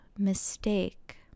mistake